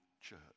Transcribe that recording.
church